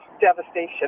devastation